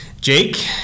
Jake